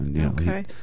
Okay